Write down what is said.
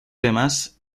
demás